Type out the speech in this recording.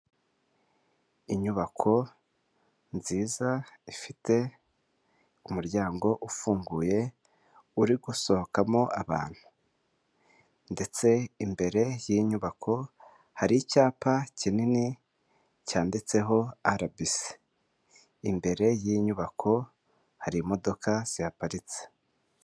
Inyubako nziza ifite umuryango ufunguye, uri gusohokamo abantu, ndetse imbere y'inyubako hari icyapa kinini cyanditseho RBC, imbere y'inyubako hari imodoka zihaparitse.